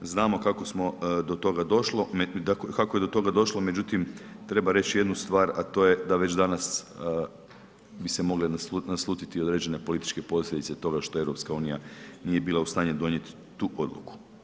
Znamo kako je do toga došlo, međutim treba reći jednu stvar, a to je da već danas bi se mogle naslutiti određene političke posljedice toga što EU nije bila u stanju donijeti tu odluku.